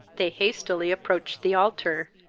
they hastily approached the altar,